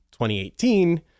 2018